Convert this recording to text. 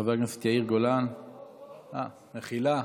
חבר הכנסת יאיר גולן, אה, מחילה.